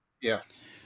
Yes